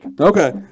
Okay